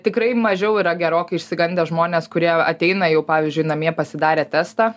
tikrai mažiau yra gerokai išsigandę žmonės kurie ateina jau pavyzdžiui namie pasidarę testą